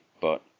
But